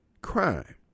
crime